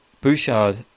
Bouchard